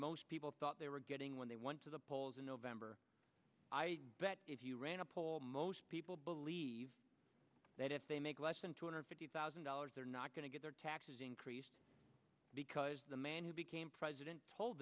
most people thought they were getting when they went to the polls in november i bet if you ran a poll most people believe that if they make less than two hundred fifty thousand dollars they're not going to get their taxes increased because the man who became president told